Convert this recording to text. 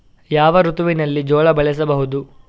ಯಾವ ಋತುವಿನಲ್ಲಿ ಜೋಳ ಬೆಳೆಸಬಹುದು?